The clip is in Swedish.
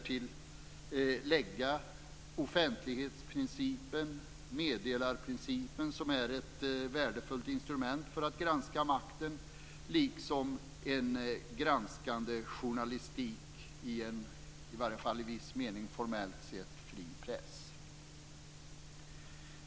Man kan därtill lägga offentlighetsprincipen och meddelarprincipen, som är värdefulla instrument för att granska makten, liksom en granskande journalistik i en i varje fall i viss mening formellt sett fri press.